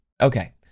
Okay